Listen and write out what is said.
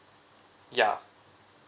ya